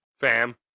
Fam